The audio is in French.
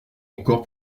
encore